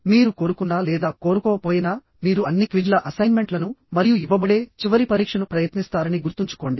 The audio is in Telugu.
మీరు కోరుకున్నా లేదా కోరుకోకపోయినా మీరు అన్ని క్విజ్ల అసైన్మెంట్లను మరియు ఇవ్వబడే చివరి పరీక్షను ప్రయత్నిస్తారని గుర్తుంచుకోండి